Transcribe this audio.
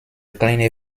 kleine